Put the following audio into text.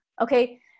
okay